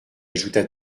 ajouta